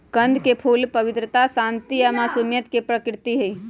कंद के फूल पवित्रता, शांति आ मासुमियत के प्रतीक हई